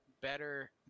better